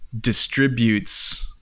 distributes